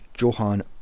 Johan